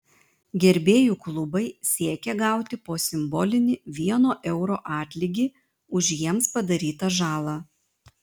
gerbėjų klubai siekia gauti po simbolinį vieno euro atlygį už jiems padarytą žalą